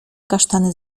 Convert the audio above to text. kasztany